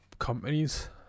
Companies